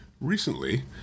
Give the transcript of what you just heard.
Recently